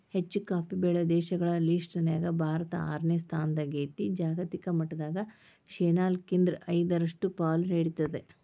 ಹೆಚ್ಚುಕಾಫಿ ಬೆಳೆಯೋ ದೇಶಗಳ ಲಿಸ್ಟನ್ಯಾಗ ಭಾರತ ಆರನೇ ಸ್ಥಾನದಾಗೇತಿ, ಜಾಗತಿಕ ಮಟ್ಟದಾಗ ಶೇನಾಲ್ಕ್ರಿಂದ ಐದರಷ್ಟು ಪಾಲು ನೇಡ್ತೇತಿ